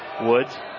Woods